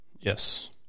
Yes